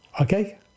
Okay